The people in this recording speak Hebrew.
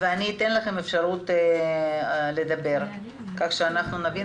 ואני אתן לכם אפשרות לדבר כך שאנחנו נבין